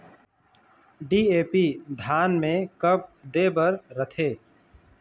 DAP धान मे कब दे बर रथे?